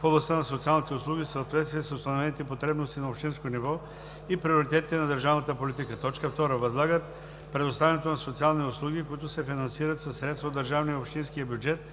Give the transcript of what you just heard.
в областта на социалните услуги в съответствие с установените потребности на общинско ниво и приоритетите на държавната политика; 2. възлагат предоставянето на социални услуги, които се финансират със средства от държавния и общинския бюджет,